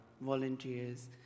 volunteers